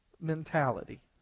mentality